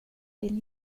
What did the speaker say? din